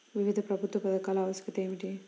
వివిధ ప్రభుత్వా పథకాల ఆవశ్యకత ఏమిటి?